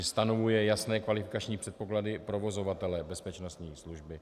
Stanovuje jasné kvalifikační předpoklady provozovatele bezpečnostní služby.